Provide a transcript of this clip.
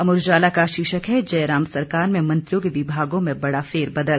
अमर उजाला का शीर्षक है जयराम सरकार में मंत्रियों के विभागों में बड़ा फेदबदल